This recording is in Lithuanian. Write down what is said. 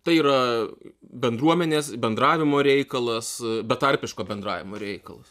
tai yra bendruomenės bendravimo reikalas betarpiško bendravimo reikalas